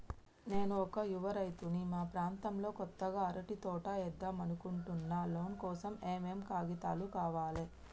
నేను ఒక యువ రైతుని మా ప్రాంతంలో కొత్తగా అరటి తోట ఏద్దం అనుకుంటున్నా లోన్ కోసం ఏం ఏం కాగితాలు కావాలే?